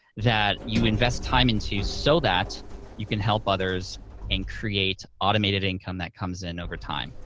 that you invest time into so that you can help others and create automated income that comes in over time.